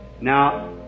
Now